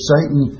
Satan